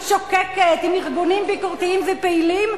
שוקקת עם ארגונים ביקורתיים ופעילים,